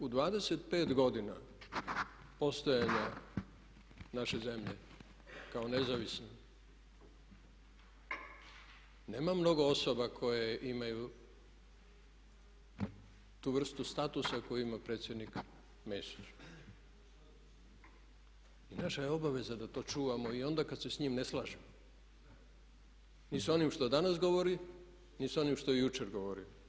U 25 godina postojanja naše zemlje kao nezavisne nema mnogo osoba koje imaju tu vrstu statusa koju ima predsjednik Mesić i naša je obaveza da to čuvamo i onda kad se s njim ne slažemo ni s onim što danas govori ni s onim što je jučer govorio.